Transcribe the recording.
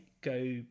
go